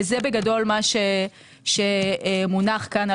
זה בגדול מה שמונח כאן,